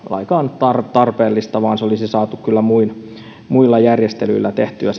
lainkaan tarpeellisia vaan myös se maakuntien välinen kilpailutus olisi saatu kyllä muilla järjestelyillä tehtyä